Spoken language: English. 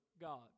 God